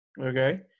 Okay